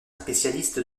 spécialiste